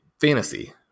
fantasy